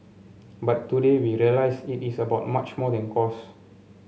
but today we realise it is about much more than cost